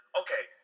okay